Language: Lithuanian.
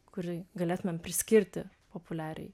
kurį galėtumėm priskirti populiariajai